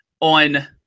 on